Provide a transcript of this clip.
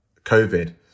COVID